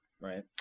right